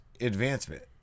advancement